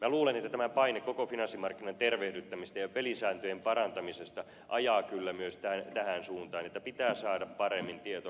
minä luulen että paine koko finanssimarkkinoiden tervehdyttämisestä ja pelisääntöjen parantamisesta ajaa kyllä myös tähän suuntaan että pitää saada paremmin tietoa